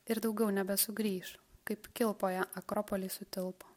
ir daugiau nebesugrįš kaip kilpoje akropoliai sutilpo